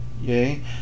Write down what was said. yay